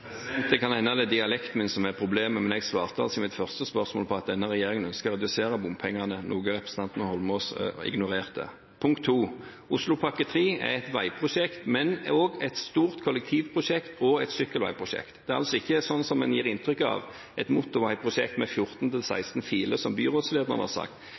Det kan hende det er dialekten min som er problemet, men jeg svarte i mitt første spørsmål at denne regjeringen ønsker å redusere bompengene, noe representanten Eidsvoll Holmås ignorerte. Oslopakke 3 er et veiprosjekt, men også et stort kollektivprosjekt og et sykkelveiprosjekt. Det er altså ikke, som en gir inntrykk av, et motorveiprosjekt med 14–16 filer, som byrådslederen har sagt.